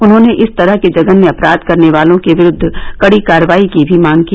उन्होंने इस तरह के जघन्य अपराध करने वालों के विरूद्व कड़ी कार्रवाई की भी मांग की